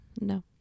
No